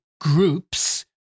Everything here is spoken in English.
groups